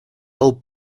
old